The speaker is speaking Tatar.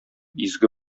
изге